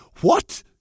What